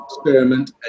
experiment